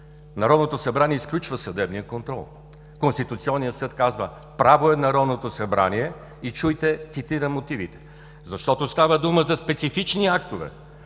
Народното събрание изключва съдебния контрол. Конституционният съд казва: право е Народното събрание: „защото става дума за специфични актове